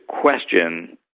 question